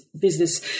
business